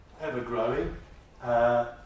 ever-growing